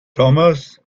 tomas